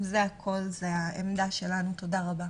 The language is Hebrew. זה הכול, זו העמדה שלנו, תודה רבה.